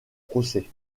procès